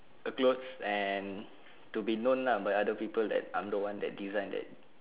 a clothes and to be known lah by other people that I'm the one that design that